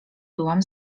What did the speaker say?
byłam